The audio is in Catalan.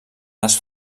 les